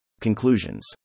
Conclusions